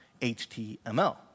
HTML